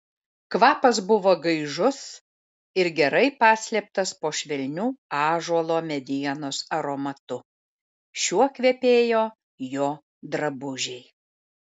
kvapas buvo gaižus ir gerai paslėptas po švelniu ąžuolo medienos aromatu šiuo kvepėjo jo drabužiai